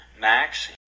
Max